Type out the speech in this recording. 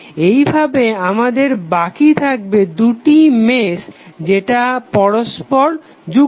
এইভাবে আমাদের বাকি থাকবে দুটি মেশ যেটা পরস্পর যুক্ত